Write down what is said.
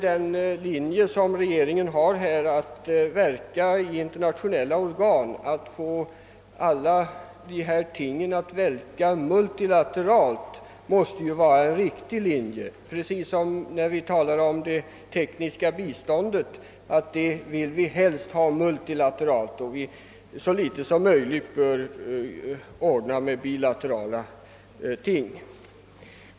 Den linje som regeringen har valt, nämligen att i internationella organ verka för multilaterala åtgärder, måste vara riktig, precis som när vi talar om att frågorna om tekniskt bistånd helst bör lösas multilateralt och inte bilateralt.